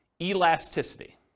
Elasticity